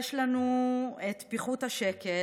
יש לנו את פיחות השקל,